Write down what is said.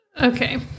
okay